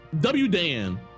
W-Dan